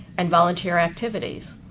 and volunteer activities.